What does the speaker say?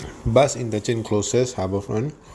bus interchange closest harbourfront